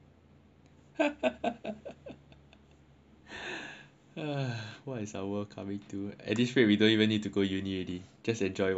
what is our world coming to at least we don't even need to go uni already just enjoy while you can